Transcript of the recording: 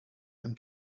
them